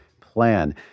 plan